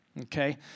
Okay